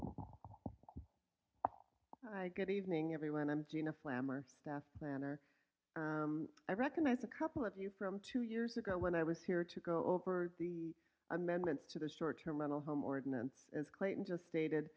report good evening everyone i'm gina flambe or staff planner i recognize a couple of you from two years ago when i was here to go over the amendments to the short term rental home ordinance as clayton just